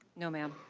no ma'am.